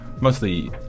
Mostly